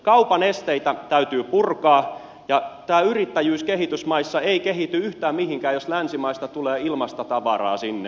kaupan esteitä täytyy purkaa ja tämä yrittäjyys kehitysmaissa ei kehity yhtään mihinkään jos länsimaista tulee ilmaista tavaraa sinne